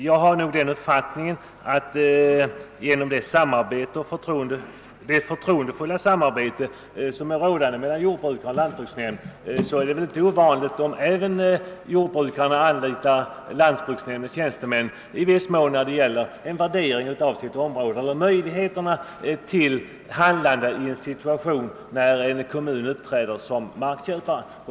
Jag har den uppfattningen att det på grund av det förtroendefulla samarbete som är rådande mellan jordbrukare och lantbruksnämnd inte är ovanligt, att jordbrukare anlitar lantbruksnämndstjänstemän även när det gäller värdering av sin fastighet eller möjligheterna till handlande då en kommun uppträder som markköpare.